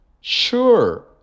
Sure